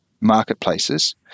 marketplaces